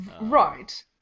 Right